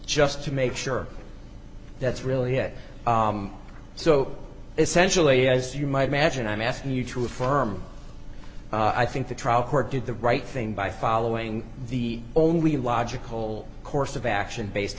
just to make sure that's really it so essentially as you might imagine i'm asking you to affirm i think the trial court did the right thing by following the only logical course of action based